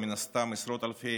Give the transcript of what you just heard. ומן הסתם עשרות אלפי